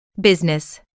Business